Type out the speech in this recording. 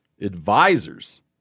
advisors